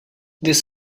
this